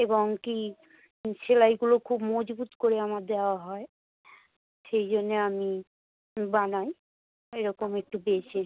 এবং কী সেলাইগুলো খুব মজবুত করে আমার দেওয়া হয় সেই জন্যে আমি বানাই এরকম একটু বেশি